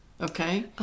okay